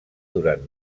durant